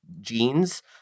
Jeans